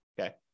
Okay